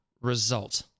result